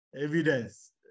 evidence